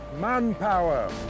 manpower